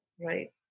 right